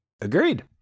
agreed